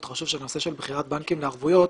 חשוב של נושא של בחירת בנקים לערבויות.